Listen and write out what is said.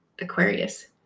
aquarius